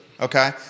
Okay